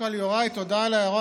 הערות